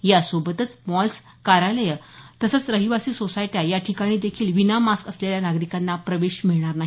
यासोबतच मॉल्स कार्यालयं तसंच रहिवासी सोसायट्या या ठिकाणी देखील विना मास्क असलेल्या नागरिकांना प्रवेश मिळणार नाही